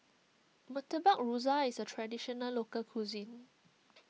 Murtabak Rusa is a Traditional Local Cuisine